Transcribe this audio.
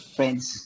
Friends